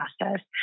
process